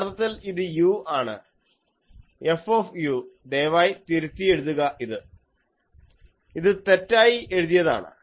യഥാർത്ഥത്തിൽ ഇത് u ആണ് f ദയവായി ഇതു തിരുത്തുക ഇത് തെറ്റായി എഴുതിയതാണ്